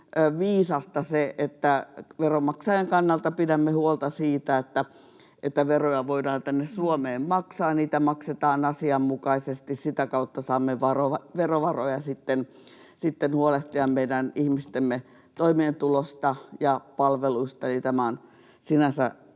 viisasta se, että veronmaksajan kannalta pidämme huolta siitä, että veroja voidaan tänne Suomeen maksaa ja niitä maksetaan asianmukaisesti. Sitä kautta saamme sitten verovaroja meidän ihmistemme toimeentulosta ja palveluista huolehtimiseen.